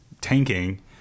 tanking